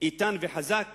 איתן וחזק